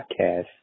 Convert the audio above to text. podcast